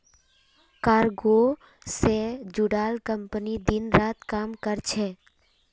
cargo से जुड़ाल company दिन रात काम कर छे